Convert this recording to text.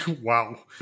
Wow